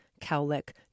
cowlick